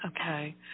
Okay